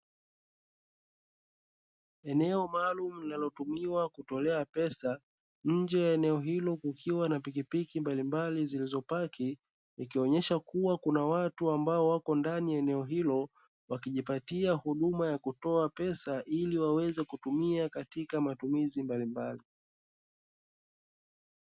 Eneo maalumu linalotumiwa kutolea pesa; nje ya eneo hilo kukiwa na pikipiki mbalimbali zilizopaki, ikionyesha kuwa kuna watu ambao wapo ndani wakijipatia huduma ya kutolea pesa ili aweze kutumia katika matumizi mbalimbali.